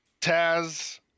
Taz